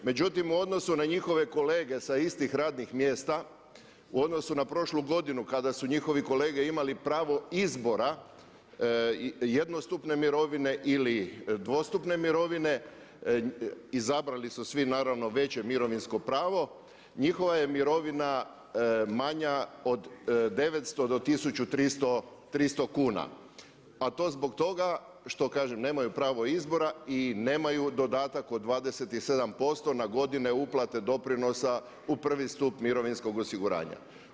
Međutim, u odnosu na njihove kolege sa istih radnih mjesta u odnosu na prošlu godinu kada su njihovi kolege imali pravo izbora jednostupne mirovine ili dvostupne mirovine, izabrali su svi naravno veće mirovinsko pravo, njihova je mirovina manja od 900 do 1300 kuna, a to zbog toga što kažem nemaju pravo izbora i nemaju dodatak od 27% na godine uplate doprinosa u prvi stup mirovinskog osiguranja.